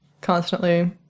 constantly